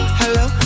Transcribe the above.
hello